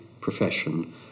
profession